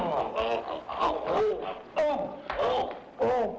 oh oh oh oh oh